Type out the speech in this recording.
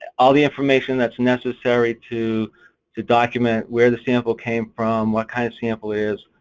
al the information that's necessary to to document where the sample came from, what kind of sample is,